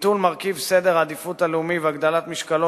ביטול רכיב סדר העדיפות הלאומי והגדלת משקלו